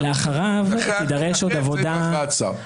--- הכרעת שר.